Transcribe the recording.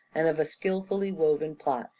and of a skilfully woven plot,